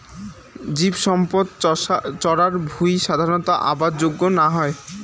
জীবসম্পদ চরার ভুঁই সাধারণত আবাদ যোগ্য না হই